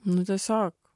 nu tiesiog